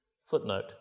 Footnote